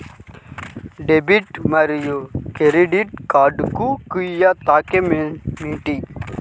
Debit మరియు credit కార్డ్లకు వ్యత్యాసమేమిటీ?